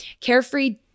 carefree